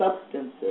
substances